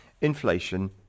inflation